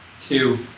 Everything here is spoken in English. Two